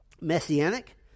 messianic